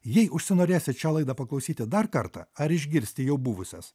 jei užsinorėsit šią laidą paklausyti dar kartą ar išgirsti jo buvusias